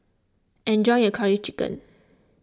enjoy your Curry Chicken